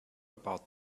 about